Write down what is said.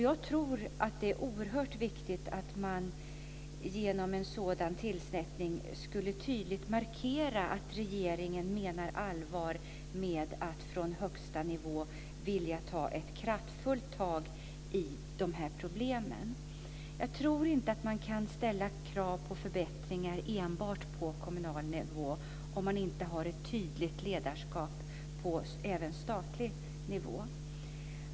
Jag tror att det är oerhört viktigt att man genom en sådan tillsättning tydligt markerar att regeringen menar allvar med att från högsta nivå vilja ta ett kraftfullt tag i de här problemen. Jag tror inte att man kan ställa krav på förbättringar enbart på kommunal nivå om man inte har ett tydligt ledarskap även på statlig nivå.